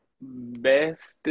Best